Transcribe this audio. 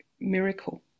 miracle